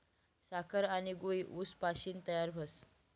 साखर आनी गूय ऊस पाशीन तयार व्हस